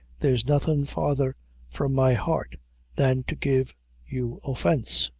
there's nothin' farther from my heart than to give you offence.